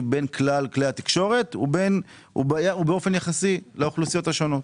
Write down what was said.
בין כלל גופי התקשורת ובאופן יחסי לאוכלוסיות השונות.